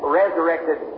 resurrected